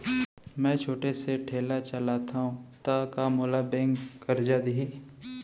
मैं छोटे से ठेला चलाथव त का मोला बैंक करजा दिही?